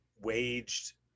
waged